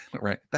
right